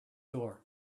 door